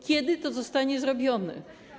Kiedy to zostanie zrobione?